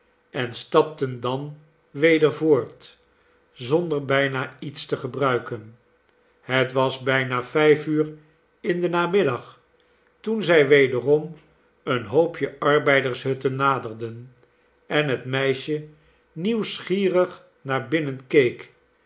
en stapten dan weder voort zonder bijna iets te gebruiken het was bijna vijf uur in den namiddag toen zij wederom een hoopje arbeidershutten naderden en het meisje nieuwsgierig naar binnen